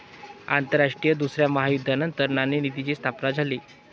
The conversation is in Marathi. आंतरराष्ट्रीय दुसऱ्या महायुद्धानंतर नाणेनिधीची स्थापना झाली